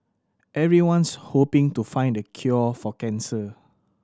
everyone's hoping to find the cure for cancer